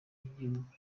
gihugu